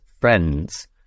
friends